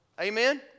Amen